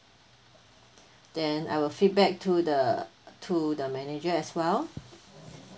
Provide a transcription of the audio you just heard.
then I will feedback to the to the manager as well